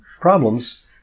problems